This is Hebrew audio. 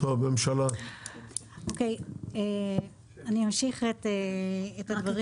אני אמשיך את הדברים